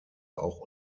auch